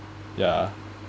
ya